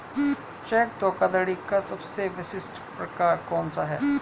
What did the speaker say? Check धोखाधड़ी का सबसे विशिष्ट प्रकार कौन सा है?